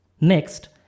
Next